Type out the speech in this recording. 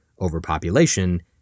overpopulation